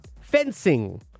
Fencing